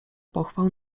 pochwał